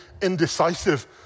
indecisive